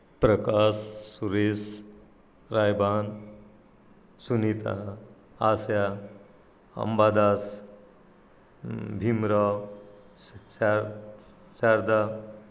प्रकास सुरेस रायबान सुनीता आशा अंबादास भीमराव च शा शारदा